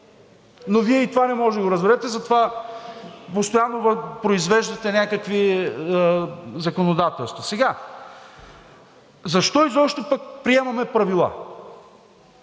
Но Вие и това не можете да го разберете, затова постоянно произвеждате някакво законодателство. Сега, защо изобщо пък приемаме правила?